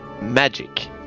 magic